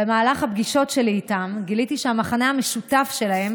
במהלך הפגישות שלי איתם גיליתי שהמכנה המשותף שלהם